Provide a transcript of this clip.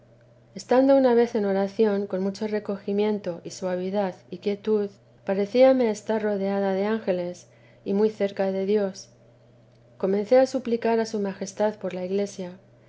estando una vez en oración con mucho recogimiento suavidad y quietud parecíame estar rodeada de ángeles y muy cerca de dios comencé a suplicar a su majestad por la iglesia